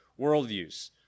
worldviews